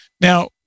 Now